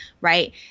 right